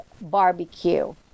barbecue